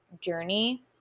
journey